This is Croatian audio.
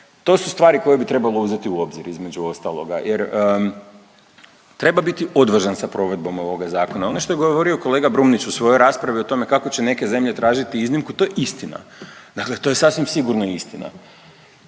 to su stvari koje bi trebalo uzeti u obzir između ostaloga jer treba biti odvažan sa provedbom ovoga zakona. Ono što je govorio kolega Brumnić u svojoj raspravi o tome kako će neke zemlje tražiti iznimku, to je istina, dakle to je sasvim sigurno istina.